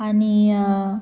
आनी